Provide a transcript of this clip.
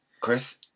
Chris